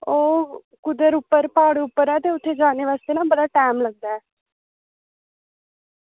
ओह् उद्धर उप्पर प्हाड़ उप्पर ऐ ते उत्थै जाने बास्तै ना बड़ा टैम लगदा ऐ